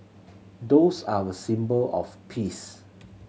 doves are a symbol of peace